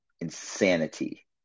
Insanity